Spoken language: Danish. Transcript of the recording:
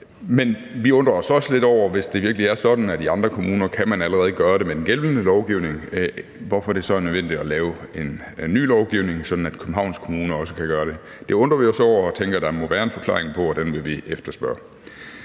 men vi undrer os også lidt over, at hvis det virkelig er sådan, at man i andre kommuner allerede kan gøre det med den gældende lovgivning, hvorfor er det så nødvendigt at lave en ny lovgivning, sådan at Københavns Kommune også kan gøre det? Det undrer vi os over og tænker, at der må være en forklaring på det, og den vil vi efterspørge.